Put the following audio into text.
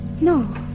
No